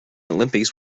olympics